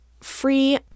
free